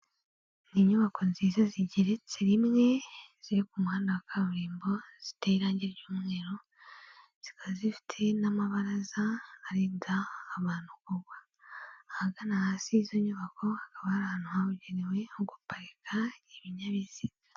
Ni inyubako nziza zigeretse rimwe, ziri ku muhanda wa kaburimbo, ziteye irangi ry'umweru, zikaba zifite n'amabaraza arinda abantu kugwa, ahagana hasi y'izo nyubako hakaba hari ahantu habugenewe ho guparika ibinyabiziga.